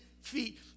feet